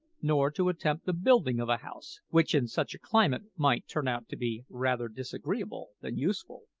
nor to attempt the building of a house, which in such a climate might turn out to be rather disagreeable than useful.